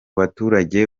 baturage